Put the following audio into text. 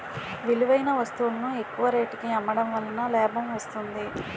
విలువైన వస్తువులను ఎక్కువ రేటుకి అమ్మడం వలన లాభం వస్తుంది